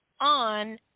on